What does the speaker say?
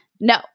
No